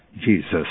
Jesus